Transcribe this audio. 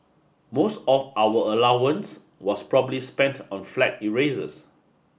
most of our allowance was probably spent on flag erasers